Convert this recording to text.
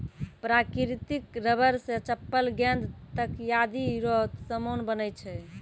प्राकृतिक रबर से चप्पल गेंद तकयादी रो समान बनै छै